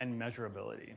and measurability.